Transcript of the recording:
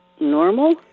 normal